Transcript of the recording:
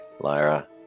lyra